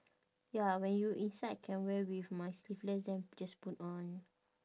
ya when you inside can wear with my sleeveless then just put on